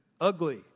ugly